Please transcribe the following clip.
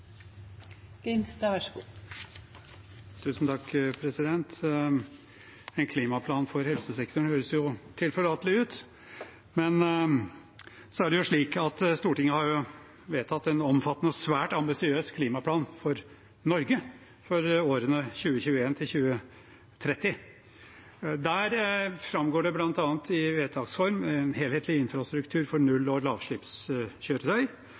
ut, men så er det slik at Stortinget har vedtatt en omfattende og svært ambisiøs klimaplan for Norge for årene 2021–2030. Der framgår det bl.a. i vedtaks form en helhetlig infrastruktur for null-